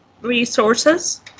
resources